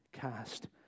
cast